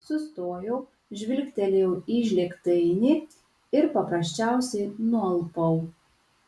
sustojau žvilgtelėjau į žlėgtainį ir paprasčiausiai nualpau